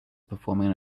performing